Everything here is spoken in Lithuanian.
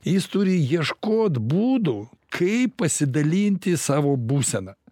jis turi ieškot būdų kaip pasidalinti savo būseną